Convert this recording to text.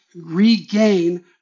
regain